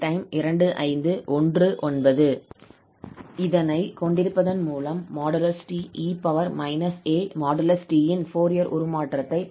இதனை கொண்டிருப்பதன் மூலம் |𝑡|𝑒−𝑎|𝑡| இன் ஃபோரியர் உருமாற்றத்தைப் பெறலாம்